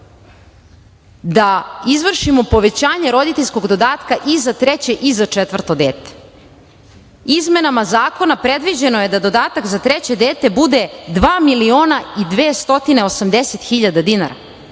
da izvršimo povećanje roditeljskog dodatka i za treće i za četvrto dete. Izmenama zakona predviđeno je da dodatak za treće dete bude 2.280.000 dinara